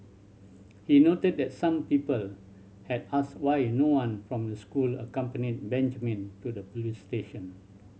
he noted that some people had asked why no one from the school accompanied Benjamin to the police station